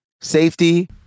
safety